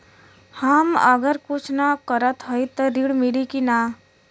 हम अगर कुछ न करत हई त ऋण मिली कि ना?